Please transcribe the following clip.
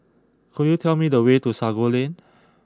could you tell me the way to Sago Lane